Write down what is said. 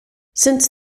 since